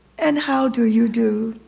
and how do you do,